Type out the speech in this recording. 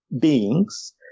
beings